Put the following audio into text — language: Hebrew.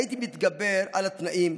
הייתי מתגבר על התנאים,